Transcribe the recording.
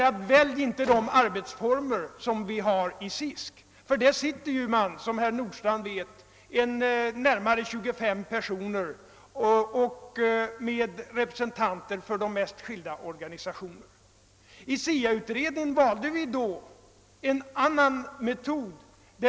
Han sade: Välj inte de arbetsformer som vi har i SISK! Där sitter som herr Nordstrandh vet 25 personer och bland dem representanter för de mest skilda organisationer. I fråga om SIA-utredningen valde vi därför en annan metod.